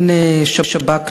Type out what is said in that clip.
אין שב"כ,